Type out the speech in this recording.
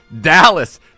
dallas